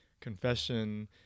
confession